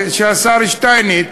השר שטייניץ,